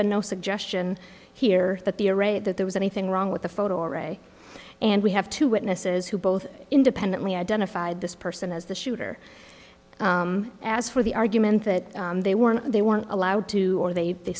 been no suggestion here that the array that there was anything wrong with the photo array and we have two witnesses who both independently identified this person as the shooter as for the argument that they weren't they weren't allowed to or they